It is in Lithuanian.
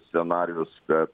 scenarijus kad